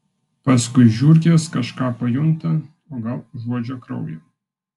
paskui žiurkės kažką pajunta o gal užuodžia kraują